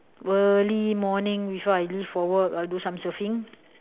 early morning before I leave for work I'll do some surfing